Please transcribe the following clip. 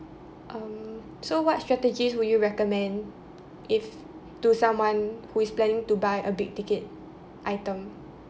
um so what strategies would you recommend if to someone who is planning to buy a big ticket item